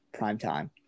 primetime